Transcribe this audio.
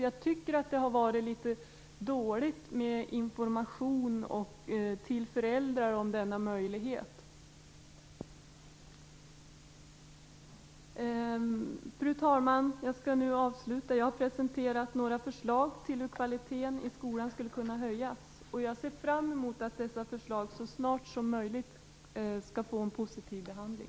Jag tycker att det har varit litet dåligt med information till föräldrarna om denna möjlighet. Fru talman! Jag har presenterat några förslag till hur kvaliteten i skolan skulle kunna höjas. Jag ser fram emot att dessa förslag så snart som möjligt skall få en positiv behandling.